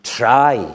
try